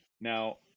Now